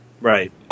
Right